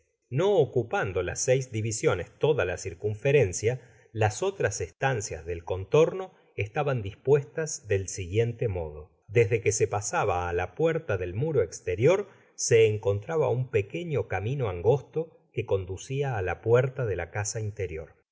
no ocupando las seis divisiones toda la circunferencia las otras estancias del contorno estaban dispuestas del siguiente modo desde que se pasaba á la puerta del muro esterior se encontraba un pequeño camino angosto que conducia á la puerta de la casa interior